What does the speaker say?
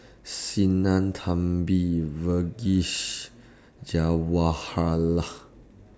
Sinnathamby Verghese Jawaharlal